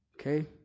Okay